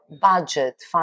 budget